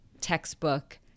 textbook